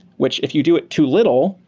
which if you do it too little,